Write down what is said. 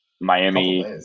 Miami